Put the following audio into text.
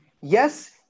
Yes